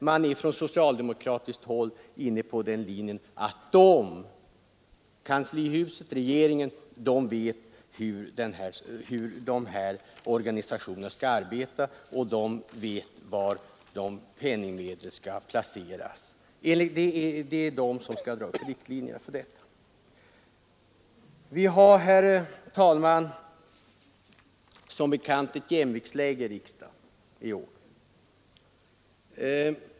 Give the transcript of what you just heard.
Men socialdemokraterna är inne på den linjen att kanslihusets personal och regeringen vet bäst hur de här organisationerna skall arbeta och de vet var penningmedlen skall placeras. De skall dra upp riktlinjerna för detta. Vi har, herr talman, som bekant ett jämviktsläge i riksdagen i år.